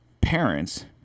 parents